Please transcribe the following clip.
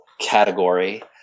category